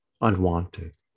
unwanted